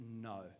no